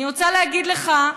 אני רוצה להגיד לך,